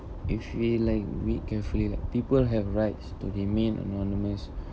if we like we carefully like people have rights to remain anonymous